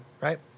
Right